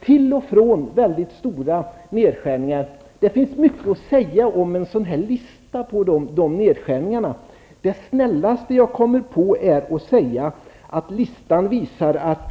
Till och från har det varit fråga om väldigt stora nedskärningar. Det finns mycket att säga om den lista över nedskärningar som finns. Det snällaste jag kan komma på att säga är att den här listan visar att